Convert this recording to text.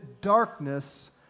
darkness